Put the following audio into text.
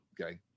Okay